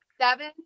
Seven